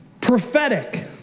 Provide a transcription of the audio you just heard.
prophetic